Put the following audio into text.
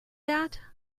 that